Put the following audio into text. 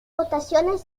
votaciones